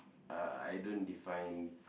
uh I don't define